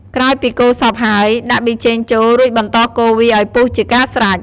ក្រោយពីកូរសព្វហើយ ដាក់ប៊ីចេងចូល រួចបន្តកូរវាឱ្យពុះជាការស្រេច។